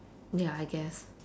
ya I guess